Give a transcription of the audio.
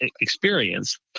experience